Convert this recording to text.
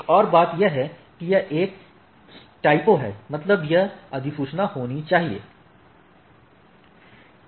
एक और बात यह है कि यह एक टाइपो है मतलब यहाँ यह अधिसूचना होनी चाहिए